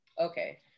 Okay